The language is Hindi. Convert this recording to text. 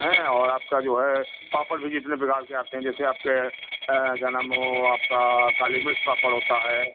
हैं और आपका जो है पापड़ भी जितने प्रकार के आते हैं जैसे आपके क्या नाम है वह आपका काली मिर्च पापड़ होता है